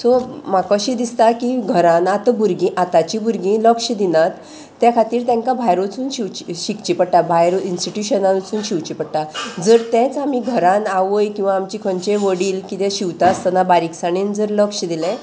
so म्हाका अशें दिसता की घरान आतां भुरगीं आतांचीं भुरगीं लक्ष दिनात त्या खातीर तेंकां भायर वचून शिंवची शिंकची पडटा भायर इंस्टिट्युशनान वचून शिंवची पडटा जर तेंच आमी घरान आवय किंवां आमचें खंयचेंय वडील किदें शिंवता आसतना बारीकसाणेन जर लक्ष दिलें